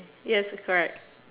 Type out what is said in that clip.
yes correct